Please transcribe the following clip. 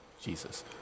Jesus